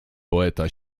poeta